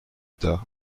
tard